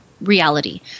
reality